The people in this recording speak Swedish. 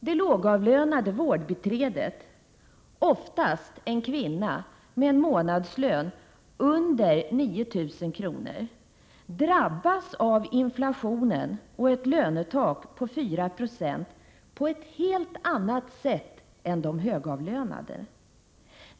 Det lågavlönade vårdbiträdet, oftast en kvinna med en månadslön under 9 000 kr., drabbas av inflationen och ett lönetak på 4 96 på ett helt annat sätt än de högavlönade.